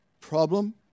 problem